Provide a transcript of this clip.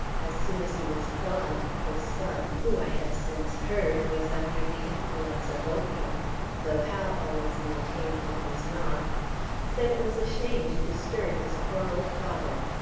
as soon as he was gone, his son, who i have since heard was under the influence of opium though hal always maintained that he was not said it was a shame to disturb his poor old father.